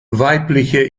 weibliche